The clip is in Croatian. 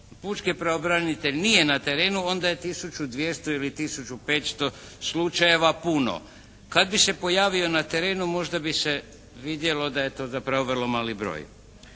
pučki pravobranitelj nije na terenu onda je tisuću 200 ili tisuću 500 slučajeva puno. Kad bi se pojavio na terenu možda bi se vidjelo da je to zapravo vrlo mali broj.